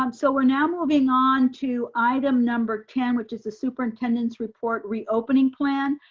um so we're now moving on to item number ten which is the superintendent's report reopening plan,